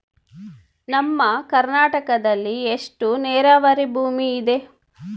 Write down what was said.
ನಮ್ಮ ಕರ್ನಾಟಕದಲ್ಲಿ ಎಷ್ಟು ನೇರಾವರಿ ಭೂಮಿ ಇದೆ?